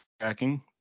tracking